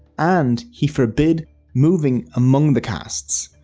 and he forbid moving among the castes.